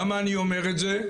למה אני אומר את זה,